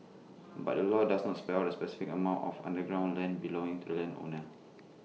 but the law does not spell out the specific amount of underground land belonging to the landowner